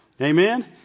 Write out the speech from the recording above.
Amen